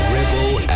Ripple